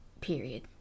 period